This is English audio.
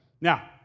Now